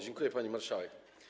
Dziękuję, pani marszałek.